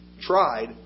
tried